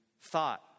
thought